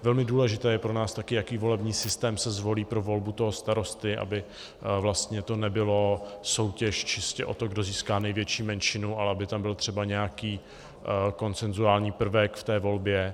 Velmi důležité je pro nás také, jaký volební systém se zvolí pro volbu toho starosty, aby vlastně to nebyla soutěž čistě o to, kdo získá největší menšinu, ale aby tam byl třeba nějaký konsenzuální prvek v té volbě.